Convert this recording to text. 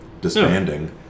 disbanding